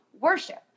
worship